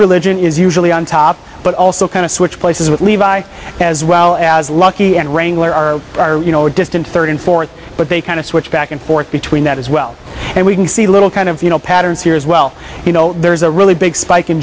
religion is usually on top but also kind of switch places with levi as well as lucky and wrangler are are you know a distant third and fourth but they kind of switch back and forth between that as well and we can see little kind of you know patterns here as well you know there's a really big spike in